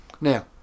now